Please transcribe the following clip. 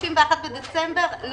31 בדצמבר?